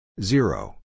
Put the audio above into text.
Zero